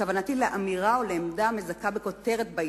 וכוונתי לאמירה או לעמדה המזכה בכותרת בעיתון.